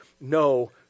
no